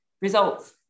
results